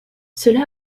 cela